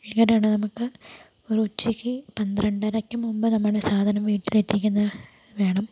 എങ്ങനെയാണ് നമുക്ക് ഒരു ഉച്ചക്ക് പന്ത്രണ്ട് അരയ്ക്കും മുമ്പ് നമ്മുടെ സാധനം വീട്ടിലെത്തിക്കുകയും വേണം